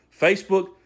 Facebook